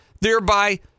thereby